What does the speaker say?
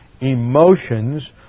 emotions